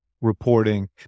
reporting